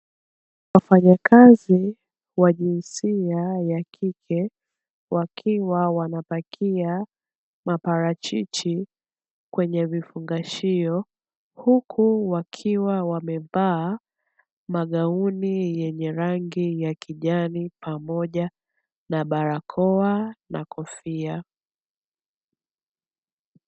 Wafanyakazi wa jinsia ya kike, wakiwa wanapakia maparachichi kwenye vifungashio, huku wakiwa wamevaa magauni yenye rangi ya kijani, pamoja na barakoa na kofia.